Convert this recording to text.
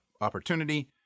opportunity